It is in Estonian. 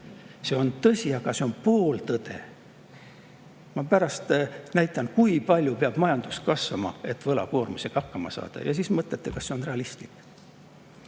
See on tõsi, aga see on pooltõde. Ma pärast näitan, kui palju peab majandus kasvama, et võlakoormusega hakkama saada, ja siis te ise otsustate, kas see on realistlik. Läheme